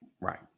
right